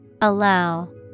Allow